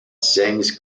sings